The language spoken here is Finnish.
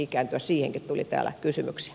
siihenkin tuli täällä kysymyksiä